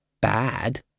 bad